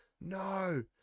No